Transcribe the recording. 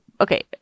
okay